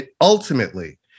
ultimately